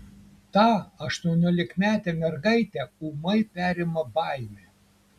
tą aštuoniolikametę mergaitę ūmai perima baimė